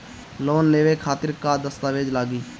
Loan लेवे खातिर का का दस्तावेज लागी?